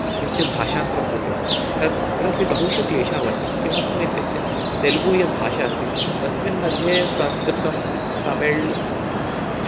किञ्चित् भाषान्तरं कृतवान् तद् अत्रापि बहुषु क्लेशः वर्तते किमर्थम् इत्युक्ते तेलुगु यद्भाषा अस्ति तस्मिन् मध्ये संस्कृतं तमिळ् आम्